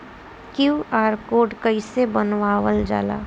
QR code कइसे बनवाल जाला?